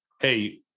hey